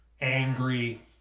angry